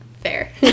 Fair